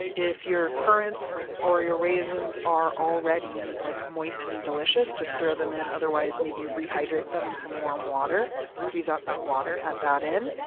if your currents or your raisins are already like moist and delicious, just throw them in. otherwise maybe rehydrate them in some warm water. squeeze out that water, add that in.